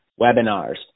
webinars